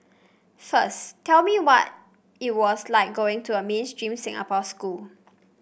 first tell me what it was like going to a mainstream Singapore school